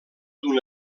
d’un